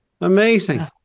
Amazing